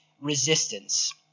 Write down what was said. resistance